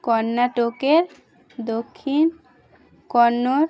কর্ণাটকের দক্ষিণ কন্ন